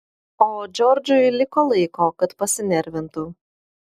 o džordžui liko laiko kad pasinervintų